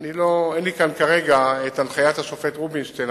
אין לי כאן כרגע הנחיית השופט רובינשטיין,